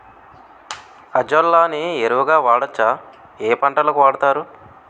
Azolla ని ఎరువు గా వాడొచ్చా? ఏ పంటలకు వాడతారు?